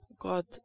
god